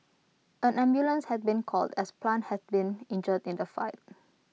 an ambulance had been called as plant had been injured in the fight